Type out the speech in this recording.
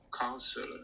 counselor